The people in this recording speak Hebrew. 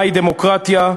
מהי דמוקרטיה.